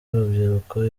y’urubyiruko